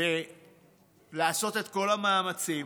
לעשות את כל המאמצים